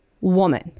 woman